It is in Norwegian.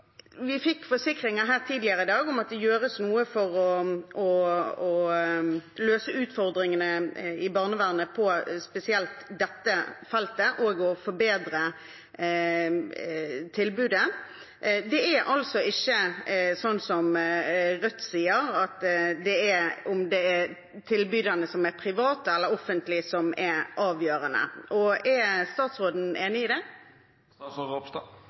Vi fikk forsikringer tidligere i dag om at det gjøres noe for å løse utfordringene i barnevernet på spesielt dette feltet og for å forbedre tilbudet. Det er altså ikke sånn som Rødt sier, at det er om tilbyderne er private eller offentlige som er avgjørende. Er statsråden enig i det?